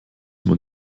man